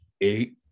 eight